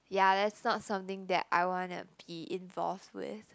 yeah that's not something that I wanna be involved with